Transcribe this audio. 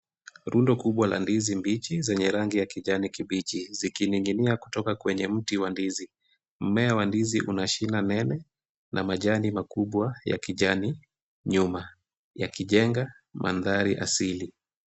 Rundo kubwa la ndizi mbichi zenye rangi ya kijani kibichi, zikining'inia kutoka kwenye mti wa ndizi. Mmea wa ndizi una shina nene na majani makubwa ya kijani nyuma, yakijenga mandhari asili.